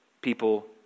people